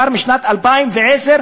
כבר בשנת 2010,